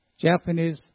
Japanese